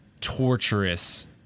torturous